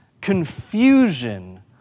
confusion